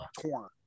torn